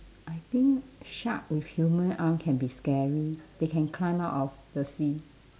I think shark with human arm can be scary they can climb out of the sea